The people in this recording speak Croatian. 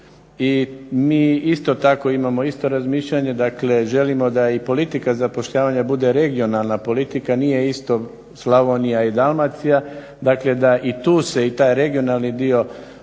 i mi isto tako imamo isto razmišljanje, dakle želimo da i politika zapošljavanja bude regionalna politika, nije isto Slavonija i Dalmacija. Dakle, da i tu se taj regionalni dio osjeti